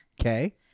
okay